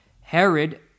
Herod